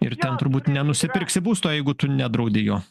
ir ten turbūt nenusipirksi būsto jeigu tu nedraudi jo